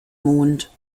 mond